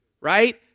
right